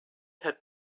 had